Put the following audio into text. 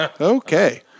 Okay